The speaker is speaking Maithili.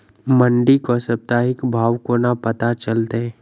मंडी केँ साप्ताहिक भाव कोना पत्ता चलतै?